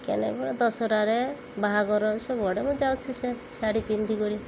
କେନେ ଦଶହରାରେ ବାହାଘର ସବୁଆଡ଼େ ମୁଁ ଯାଉଛିି ସେ ଶାଢ଼ୀ ପିନ୍ଧିକରି